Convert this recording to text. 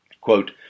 quote